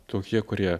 tokie kurie